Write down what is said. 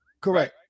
correct